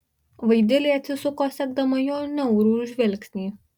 vaidilė atsisuko sekdama jo niaurų žvilgsnį